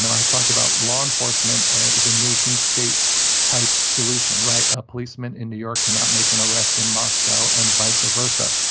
i talk about law enforcement as a nation-state type solution. right? a policeman in new york cannot make an arrest in moscow, and visa versa.